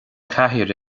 chathaoir